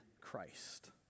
Christ